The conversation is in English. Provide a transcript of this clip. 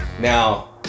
Now